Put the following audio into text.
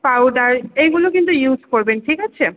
powder এইগুলো কিন্তু use করবেন ঠিক আছে